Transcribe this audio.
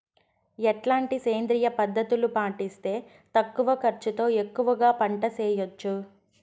ఎట్లాంటి సేంద్రియ పద్ధతులు పాటిస్తే తక్కువ ఖర్చు తో ఎక్కువగా పంట చేయొచ్చు?